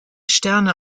sterne